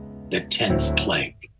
the tenth plague.